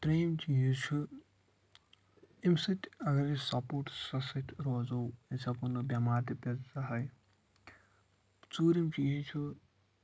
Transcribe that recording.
ترٛیِم چیٖز چھُ امہِ سۭتۍ اگر أسۍ سَپورٹٕسس سۭتۍ روزو أسۍ ہیکو نہٕ بٮ۪مار تہِ پٮ۪تھ زٕہٕنۍ ژوٗرِم چیٖز چھُ